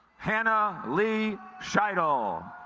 hanna leigh shuttle